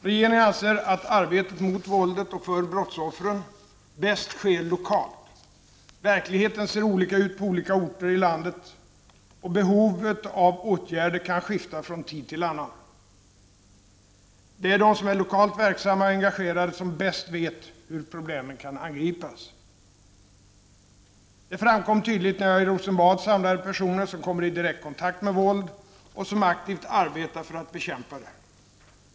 Regeringen anser att arbetet mot våldet och för brottsoffren bäst sker lokalt. Verkligheten ser olika ut på olika orter i landet och behovet av åtgärder kan skifta från tid till annan. Det är de som är lokalt verksamma och engagerade som bäst vet hur problemen kan angripas. Det framkom tydligt när jag i Rosenbad samlade personer som kommer i direkt kontakt med våld och som aktivt arbetar för att bekämpa det.